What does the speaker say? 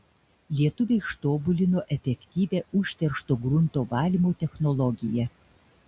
lietuviai ištobulino efektyvią užteršto grunto valymo technologiją